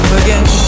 again